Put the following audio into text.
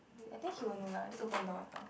I think he will know lah just open the door and talk